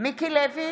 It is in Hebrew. מיקי לוי,